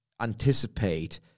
anticipate